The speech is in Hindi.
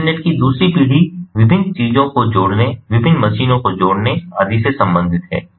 इंटरनेट की दूसरी पीढ़ी विभिन्न चीजों को जोड़ने विभिन्न मशीनों को जोड़ने आदि से सम्बंधित है